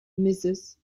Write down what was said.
mrs